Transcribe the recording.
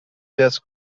desk